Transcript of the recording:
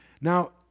Now